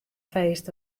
feest